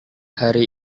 hari